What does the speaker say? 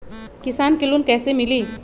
किसान के लोन कैसे मिली?